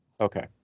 Okay